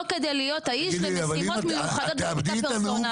לא כדי להיות האיש למשימות מיוחדות וחקיקה פרסונלית.